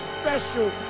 special